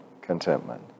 contentment